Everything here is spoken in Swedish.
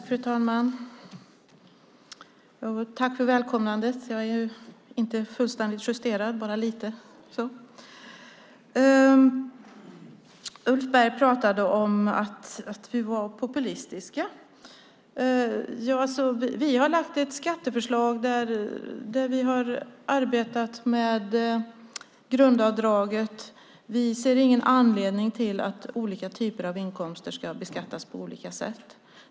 Fru talman! Jag tackar för välkomnandet. Jag är inte fullständigt justerad, bara lite. Ulf Berg pratade om att vi var populistiska. Vi har lagt fram ett skatteförslag där vi har arbetat med grundavdraget. Vi ser ingen anledning till att olika typer av inkomster ska beskattas på olika sätt.